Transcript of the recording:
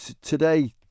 today